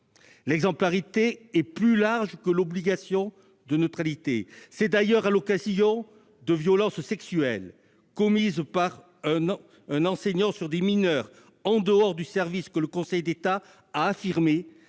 l'exemplarité est plus large que l'obligation de neutralité. C'est d'ailleurs à l'occasion de violences sexuelles commises par un enseignement sur des mineurs en dehors du service que le Conseil d'État a affirmé